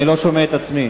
אני לא שומע את עצמי.